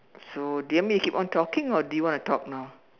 so do you want me to keep on talking or do you want to talk now